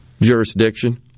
jurisdiction